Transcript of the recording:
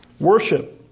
worship